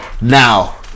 now